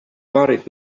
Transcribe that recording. buried